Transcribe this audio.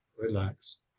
relax